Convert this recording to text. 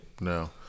No